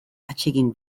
atsegin